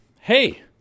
hey